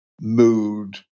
mood